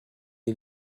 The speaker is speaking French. est